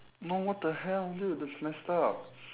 no what the hell dude that's messed up